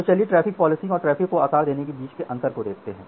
तो चलिए traffic policing और ट्रैफ़िक को आकार देने के बीच के अंतर को देखते हैं